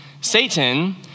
Satan